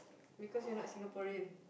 because you are not Singaporean